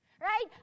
Right